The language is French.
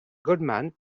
goldman